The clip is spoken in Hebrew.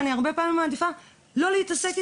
אני אסביר.